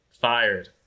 fired